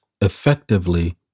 effectively